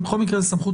בכל מקרה, זו סמכות